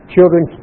Children